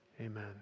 Amen